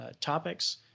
topics